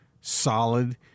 solid